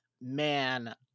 man